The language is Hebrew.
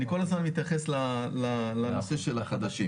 אני כל הזמן מתייחס לנושא של החדשים.